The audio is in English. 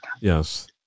Yes